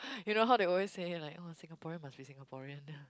you know how they always say like !wah! Singaporean must be Singaporean lah